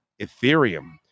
Ethereum